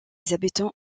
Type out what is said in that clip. habitants